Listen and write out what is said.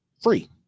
free